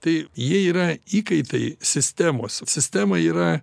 tai jie yra įkaitai sistemos sistema yra